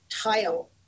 tile